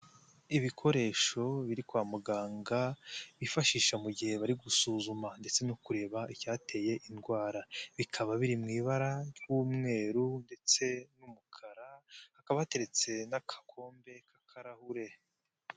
Ibikoresho biri kwa muganga bifashisha mu gihe bari gusuzuma ndetse no kureba icyateye indwara, bikaba biri mu ibara ry'umweru ndetse n'umukara hakaba hateretse n'agakombe k'akarahure.